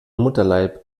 mutterleib